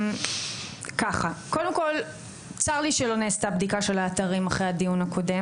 מנהלי בתי ספר הם יותר ביקורתיים.